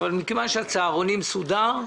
מכיוון שהצהרונים סודר,